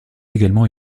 également